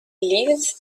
lives